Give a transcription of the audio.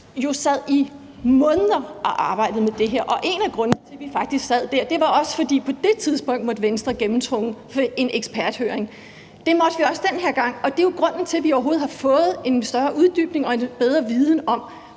jo sad i måneder og arbejdede med det her. Og en af grundene til, at vi faktisk sad der, var, at Venstre også på det tidspunkt måtte gennemtrumfe en eksperthøring. Det måtte vi også den her gang, og det er jo grunden til, at vi overhovedet har fået en større uddybning og en bedre viden om,